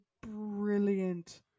brilliant